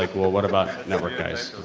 like what what about network guys?